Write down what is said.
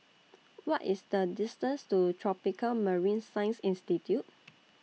What IS The distance to Tropical Marine Science Institute